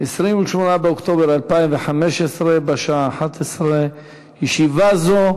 28 באוקטובר 2015, בשעה 11:00. ישיבה